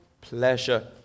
pleasure